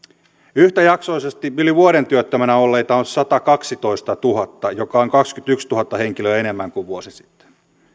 yhtäjaksoisesti yli vuoden työttöminä olleita on satakaksitoistatuhatta joka on kaksikymmentätuhatta henkilöä enemmän kuin vuosi sitten ja